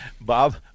Bob